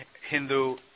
Hindu